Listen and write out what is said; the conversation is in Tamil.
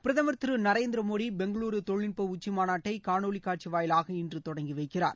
பிரதமர் திரு நரேந்திரமோடி பெங்களுரு தொழில்நுட்ப உச்சிமாநாட்டை காணொலி காட்சி வாயிலாக இன்று தொடங்கி வைக்கிறார்